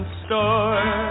store